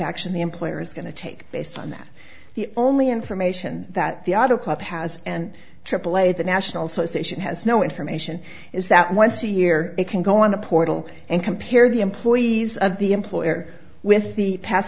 action the employer is going to take based on that the only information that the auto club has and aaa the national association has no information is that once a year they can go on a portal and compare the employees of the employer with the pas